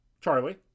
charlie